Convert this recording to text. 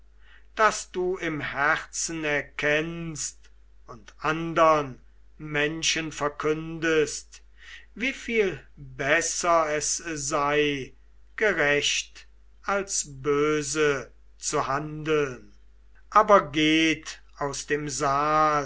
daß du im herzen erkennst und andern menschen verkündest wie viel besser es sei gerecht als böse zu handeln aber geht aus dem saal